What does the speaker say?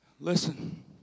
Listen